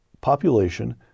population